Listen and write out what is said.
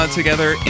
together